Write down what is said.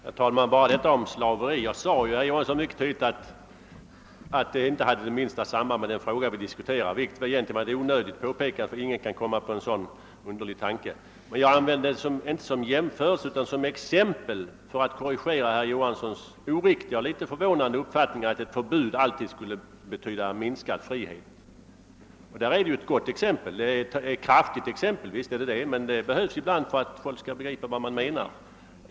Herr talman! Jag vill bara ta upp exemplet om slaveri. Jag sade mycket tydligt, att det inte har det minsta samband med den fråga vi nu diskuterar. Det var egentligen ett onödigt påpekande, eftersom ingen skulle kunna komma på en så underlig tanke. Jag anförde detta inte som en jämförelse utan som ett exempel i anslutning till herr Johanssons i Trollhättan egendomliga uppfattning, att förbud alltid skulle innebära minskad frihet. Det var ett kraftigt exempel, men ett sådant kan ibland behövas för att folk skall begripa vad man menar.